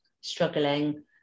struggling